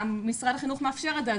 משרד החינוך מאפשר את זה,